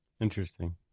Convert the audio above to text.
Interesting